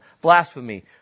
blasphemy